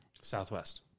Southwest